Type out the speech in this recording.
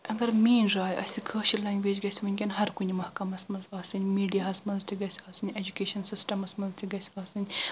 اگر میٲنۍ راے آسہِ کٲشِر لنگویج گژھہِ ونکیٚن ہر کُنہِ محکمس منٛز آسٕنۍ میڑیا ہس منٛز تہِ گژھہِ آسٕنۍ ایٚجُوکیشن سسٹمس منٛز تہِ گژھہِ آسٕنۍ